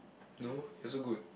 no he's so good